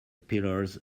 pillars